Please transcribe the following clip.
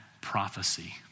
prophecy